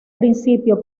principio